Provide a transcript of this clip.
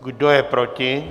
Kdo je proti?